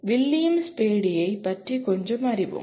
William ஸ்பேடியைப் பற்றி கொஞ்சம் அறிவோம்